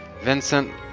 Vincent